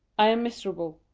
i am miserable.